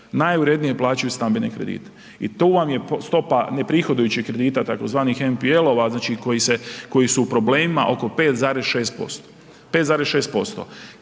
Najurednije plaćaju stambene kredite i tu vam je stopa neprihodujućih kredita, tzv. NPL-ova koji su u problemima, oko 5,6%. Kada,